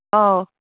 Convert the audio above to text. ꯑꯥꯎ